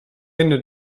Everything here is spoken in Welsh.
enw